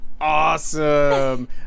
awesome